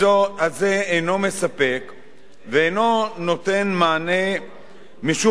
ואינו נותן מענה משום שהוא תלוי, בדרך יישומו,